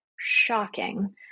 shocking